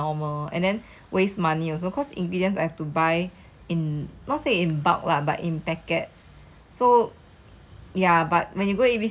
and I 好像去买 chocolate melt ah like you know just 很多工 for something that looks very normal and then waste money also cause ingredients like have to buy